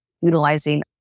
utilizing